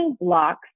blocks